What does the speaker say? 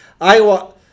Iowa